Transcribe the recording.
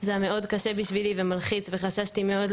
זה היה מאוד קשה בשבילי ולמלחיץ וחששתי מאוד,